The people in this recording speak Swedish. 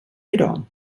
idag